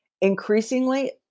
increasingly